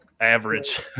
average